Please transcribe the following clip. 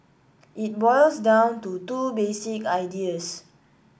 it boils down to two basic ideas